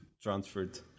transferred